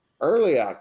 early